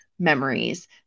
memories